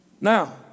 Now